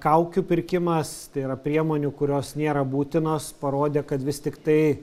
kaukių pirkimas tai yra priemonių kurios nėra būtinos parodė kad vis tiktai